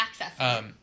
access